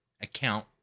account